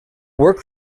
work